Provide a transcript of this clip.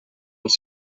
als